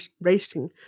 racing